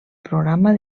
programa